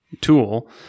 tool